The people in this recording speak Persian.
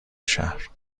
شهر